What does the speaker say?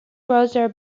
brother